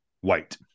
white